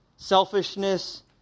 selfishness